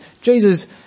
Jesus